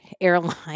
airline